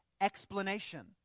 explanation